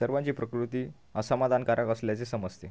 सर्वांची प्रकृती असमाधानकारक असल्याचे समजते